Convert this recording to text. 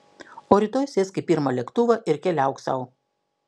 o rytoj sėsk į pirmą lėktuvą ir keliauk sau